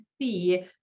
see